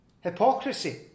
hypocrisy